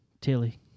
Tilly